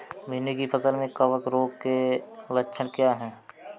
भिंडी की फसल में कवक रोग के लक्षण क्या है?